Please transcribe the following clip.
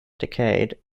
decade